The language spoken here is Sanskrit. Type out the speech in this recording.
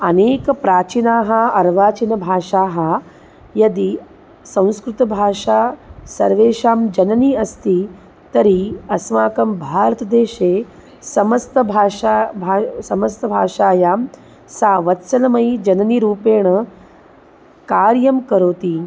अनेक प्राचीनाः अर्वाचीनभाषाः यदि संस्कृतभाषा सर्वेषां जननी अस्ति तर्हि अस्माकं भारतदेशे समस्तभाषा समस्तभाषायां सा वत्सलमयी जननीरूपेण कार्यं करोति